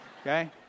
okay